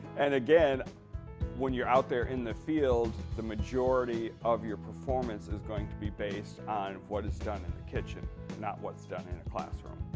and again when you're out there in the field the majority of your performance is going to be based on what is done in the kitchen not what's done in a classroom